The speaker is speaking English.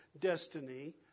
destiny